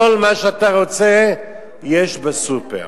כל מה שאתה רוצה יש בסופר.